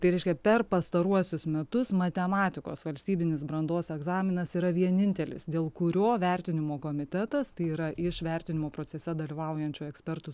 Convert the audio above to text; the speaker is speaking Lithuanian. tai reiškia per pastaruosius metus matematikos valstybinis brandos egzaminas yra vienintelis dėl kurio vertinimo komitetas tai yra iš vertinimo procese dalyvaujančių ekspertų